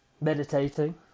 meditating